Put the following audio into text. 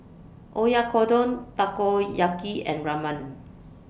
Oyakodon Takoyaki and Ramen